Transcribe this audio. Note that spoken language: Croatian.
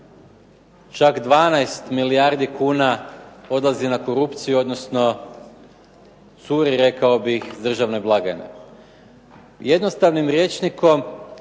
čak 12 milijardi kuna odlazi na korupciju, odnosno curi rekao bih iz državne blagajne. Jednostavnim rječnikom